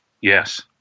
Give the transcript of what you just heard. yes